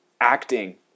acting